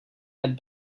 had